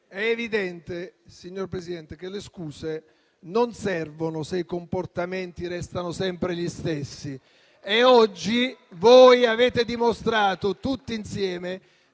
È evidente, signor Presidente, che le scuse non servono, se i comportamenti restano sempre gli stessi. Oggi voi avete dimostrato, tutti insieme,